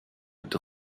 est